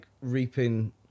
reaping